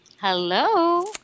Hello